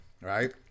right